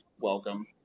welcome